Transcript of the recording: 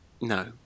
No